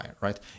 right